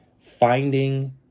finding